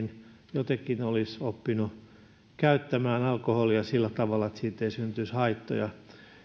jotenkin olisi oppinut käyttämään alkoholia sillä tavalla että siitä ei syntyisi haittoja